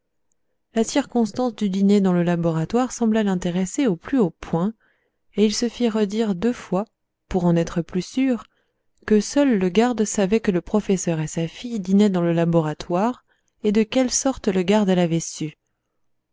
la circonstance du dîner dans le laboratoire sembla l'intéresser au plus haut point et il se fit redire deux fois pour en être plus sûr que seul le garde savait que le professeur et sa fille dînaient dans le laboratoire et de quelle sorte le garde